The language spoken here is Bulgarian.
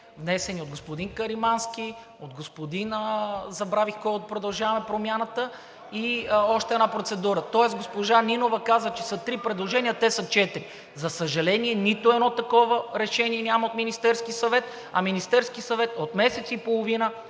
внесени от господин Каримански, от господин... забравих кой, от „Продължаваме Промяната“ и още една процедура. Тоест госпожа Нинова каза, че са три предложения, а те са четири. За съжаление, нито едно такова решение няма от Министерския съвет, а Министерският съвет от месец и половина